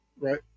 right